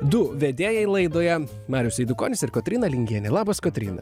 du vedėjai laidoje marius eidukonis ir kotryna lingienė labas kotryna